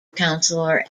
councillor